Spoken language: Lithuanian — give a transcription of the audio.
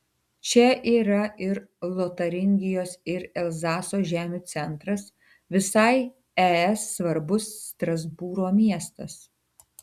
čia yra ir lotaringijos ir elzaso žemių centras visai es svarbus strasbūro miestas